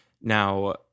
Now